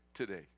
today